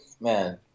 man